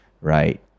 right